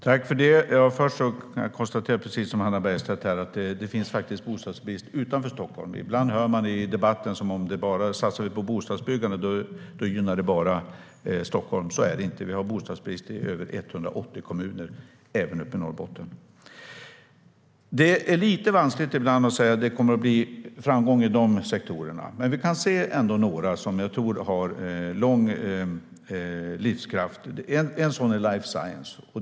Herr talman! Jag kan precis som Hannah Bergstedt konstatera att det finns bostadsbrist även utanför Stockholm. Ibland låter det i debatten som att det bara gynnar Stockholm om det satsas på bostadsbyggandet. Så är det inte. Vi har bostadsbrist i över 180 kommuner, även uppe i Norrbotten. Det är ibland lite vanskligt att säga att det kommer att bli framgång i vissa sektorer. Men vi kan ändå se några som jag tror har lång livskraft. En sådan är life science.